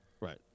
Right